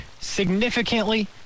Significantly